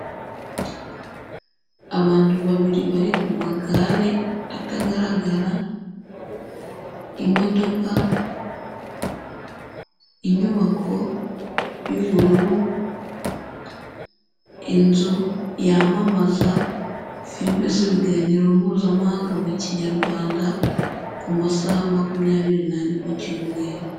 Abantu babiri bari ku magare atagaragara, imodoka, inyubako y'ubururu, inzu yamamaza firime z'ibiganiro mpuzamahanga mu kinyarwanda, ku masaha makumyabiri n'ane mu cyumweru.